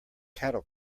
cattle